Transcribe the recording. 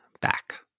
back